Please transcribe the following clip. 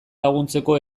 laguntzeko